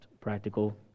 practical